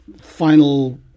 final